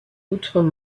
outre